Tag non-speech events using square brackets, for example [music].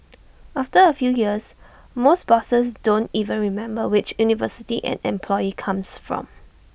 [noise] after A few years most bosses don't even remember which university an employee comes from